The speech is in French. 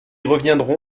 reviendrons